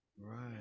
Right